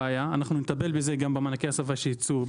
נטפל בזה גם במענקי ההסבה שייצאו,